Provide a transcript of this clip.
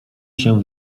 się